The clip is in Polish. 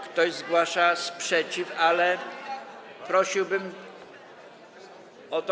Ktoś zgłasza sprzeciw, ale prosiłbym o to.